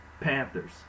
Panthers